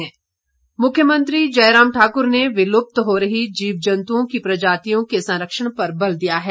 मुख्यमंत्री मुख्यंमत्री जयराम ठाकुर ने विलुप्त हो रही जीव जंतुओं की प्रजातियों के संरक्षण पर बल दिया है